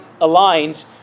aligned